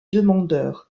demandeurs